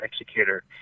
Executor